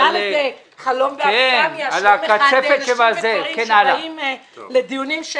זה בכלל חלום באספמיה שיום אחד נשים וגברים שבאים לדיונים,